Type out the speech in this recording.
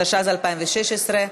התשע"ז 2016,